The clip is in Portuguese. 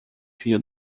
fio